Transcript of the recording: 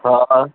हा हा